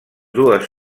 dues